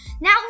Now